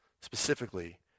Specifically